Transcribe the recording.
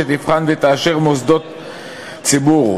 שתבחן ותאשר מוסדות ציבור,